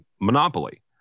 monopoly